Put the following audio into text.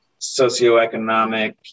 socioeconomic